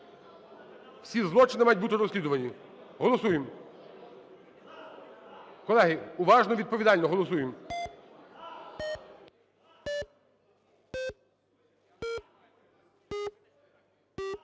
Всі злочини мають бути розслідувані. Голосуємо. Колеги, уважно, відповідально голосуємо.